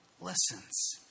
listens